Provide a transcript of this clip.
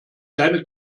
keine